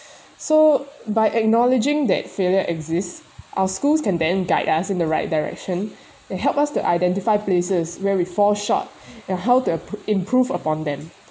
so by acknowledging that failure exists our schools can then guide us in the right direction they help us to identify places where we fall short and how to im~ improve upon them